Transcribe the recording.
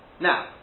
Now